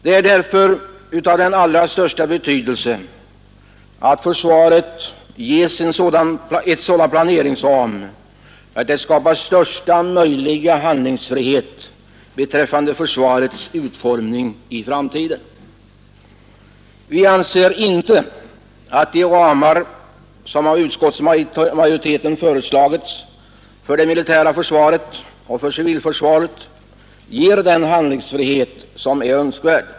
Det är därför av den allra största betydelse att försvaret ges en sådan planeringsram att det skapas största möjliga handlingsfrihet beträffande dess utformning i framtiden. Vi anser inte att de ramar som av utskottsmajoriteten föreslagits för det militära försvaret och civilförsvaret ger den handlingsfrihet som är önskvärd.